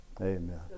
Amen